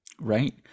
right